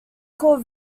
called